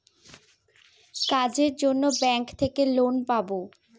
কাজের জন্য ব্যাঙ্ক থেকে লোন পাবো